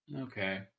Okay